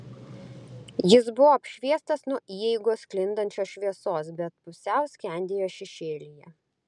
jis buvo apšviestas nuo įeigos sklindančios šviesos bet pusiau skendėjo šešėlyje